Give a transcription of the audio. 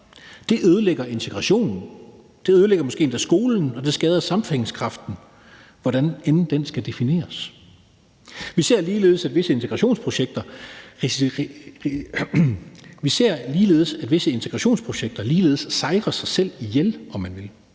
Det ødelægger integrationen, det ødelægger måske endda skolen, og det skader sammenhængskraften, hvordan end den skal defineres. Vi ser ligeledes, at visse integrationsprojekter sejrer sig selv ihjel, om man vil,